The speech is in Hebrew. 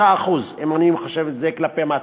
25%, אם אני מחשב את זה כלפי מטה.